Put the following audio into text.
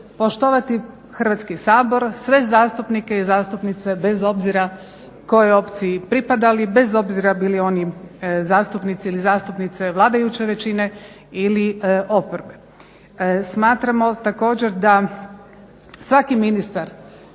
poštovati Hrvatski sabor, sve zastupnike i zastupnice bez obzira kojoj opciji pripadali, bez obzira bili oni zastupnici ili zastupnice vladajuće većine ili oporbe. Smatramo također da svaki ministar